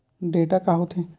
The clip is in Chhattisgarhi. डेटा का होथे?